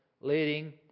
leading